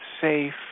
safe